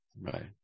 Right